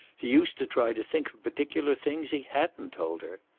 he used to try to think of particular things he hadn't told her.